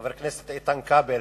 חבר הכנסת איתן כבל,